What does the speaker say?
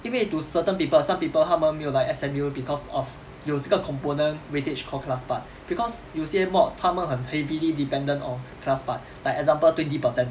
因为 to certain people some people 他们没有来 S_M_U because of 有这个 component weightage called class part because 有些 mod 他们很 heavily dependent on class part like example twenty percent